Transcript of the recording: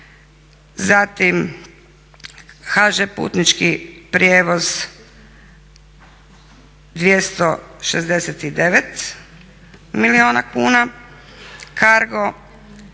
Zatim, HŽ Putnički prijevoz 269 milijuna kuna, Cargo